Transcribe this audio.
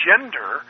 gender